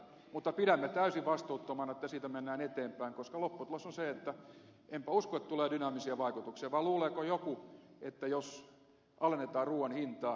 mutta pidämme täysin vastuuttomana että siitä mennään eteenpäin koska enpä usko että lopputulos on se että tulee dynaamisia vaikutuksia vai luuleeko joku että jos alennetaan ruuan hintaa niin ihmiset syövät enemmän ja olisiko se edes toivottavaakaan